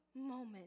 moment